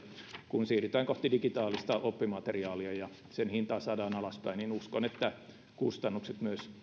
kun siirrytään kohti digitaalista oppimateriaalia ja sen hintaa saadaan alaspäin niin uskon että kustannukset myös